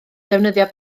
defnyddio